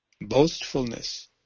boastfulness